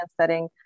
setting